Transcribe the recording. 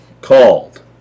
called